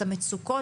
את המצוקות,